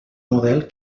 model